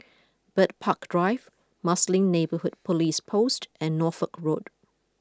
Bird Park Drive Marsiling Neighbourhood Police Post and Norfolk Road